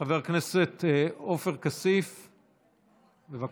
חבר הכנסת עופר כסיף, בבקשה,